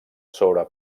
sobre